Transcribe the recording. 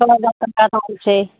छओ हजार टका दाम छै